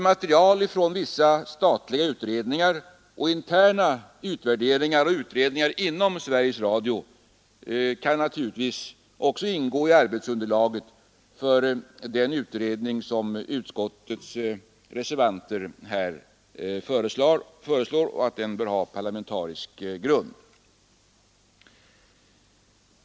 Material från vissa statliga utredningar och interna utvärderingar och utredningar inom Sveriges Radio kan naturligtvis också ingå i arbetsunderlaget för den utredning som vi reservanter här föreslår. Jag understryker att utredningen bör ha parlamentarisk grund.